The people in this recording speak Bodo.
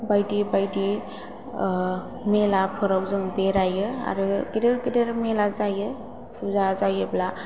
बायदि बायदि मेलाफोराव जों बेरायो आरो गेदेर गेदेर मेला जायो फुजा जायोब्ला